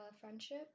friendship